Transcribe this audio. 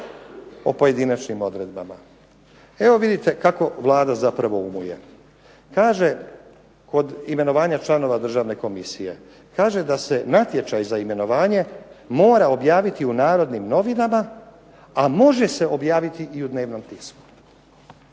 o pojedinačnim odredbama. Evo vidite kako Vlada zapravo umuje. Kaže kod imenovanja članova državne komisije, kaže da se natječaj za imenovanje mora objaviti u "Narodnim novinama", a može se objaviti i u dnevnom tisku.